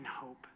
hope